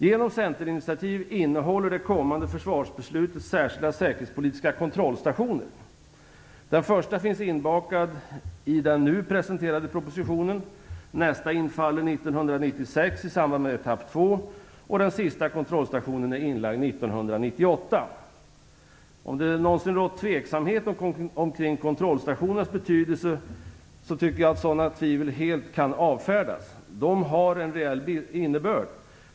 Genom Centerinitiativ innehåller det kommande försvarsbeslutet särskilda säkerhetspolitiska kontrollstationer. Den första finns inbakad i den nu presenterade propositionen. Nästa infaller år 1996 i samband med etapp 2, och den sista kontrollstationen är inlagd år 1998. Om det någonsin rått tveksamhet om kontrollstationernas betydelse tycker jag att sådana tvivel nu helt kan avfärdas. De har en reell innebörd.